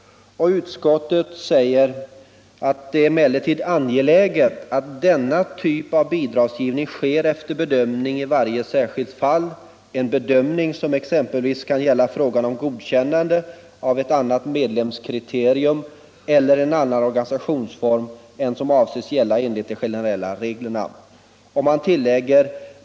Utskottet säger vidare: ”Det är emellertid angeläget att denna typ av bidragsgivning sker efter bedömning i varje särskilt fall, en bedömning som exempelvis kan gälla frågan om godkännande av ett annat medlemskriterium eller en annan organisationsform än som avses gälla enligt de generella reglerna.